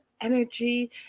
energy